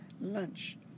lunch